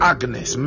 Agnes